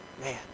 Man